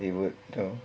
it would down